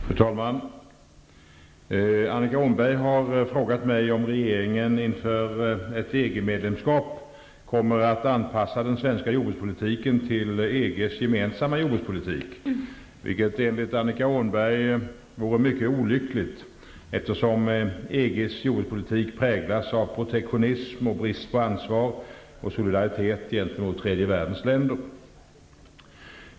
Fru talman! Annika Åhnberg har frågat mig om regeringen inför ett EG-medlemskap kommer att anpassa den svenska jordbrukspolitiken till EG:s gemensamma jordbrukspolitik, vilket enligt Annika Åhnberg vore mycket olyckligt, eftersom EG:s jordbrukspolitik präglas av protektionism och brist på ansvar och solidaritet gentemot tredje världens länder.